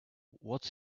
what